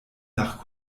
nach